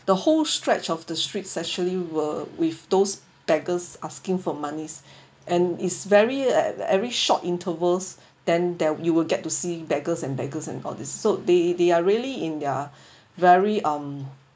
the whole stretch of the streets actually were with those beggars asking for monies and is very a~ very short intervals then that you will get to see beggars and beggars and all this so they they are really in their very um